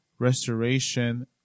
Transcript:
Restoration